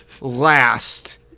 last